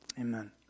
Amen